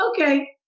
okay